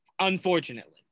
unfortunately